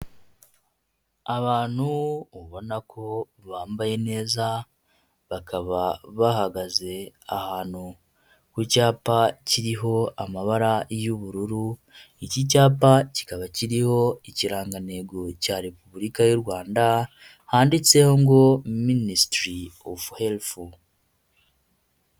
Abantu ubona ko bambaye neza, bakaba bahagaze ahantu ku cyapa kiriho amabara y'ubururu, iki cyapa kikaba kiriho ikirangantego cya Repubulika y'u Rwanda, handitseho ngo Ministry of Health.